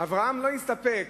אברהם לא הסתפק